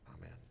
amen